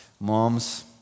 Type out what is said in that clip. Moms